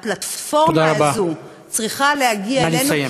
והפלטפורמה הזאת צריכה להגיע אלינו,